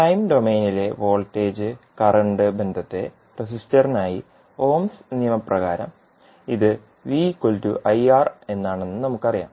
time ഡൊമെയ്നിലെ voltage current ബന്ധത്തെ റെസിസ്റ്ററിനായി ഓംസ് നിയമപ്രകാരംohm's law ഇത് v iR എന്നാണെന്ന് നമുക്കറിയാം